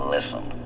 Listen